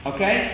Okay